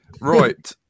Right